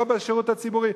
לא בשירות הציבורי.